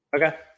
Okay